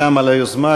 גם על היוזמה,